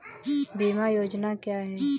बीमा योजना क्या है?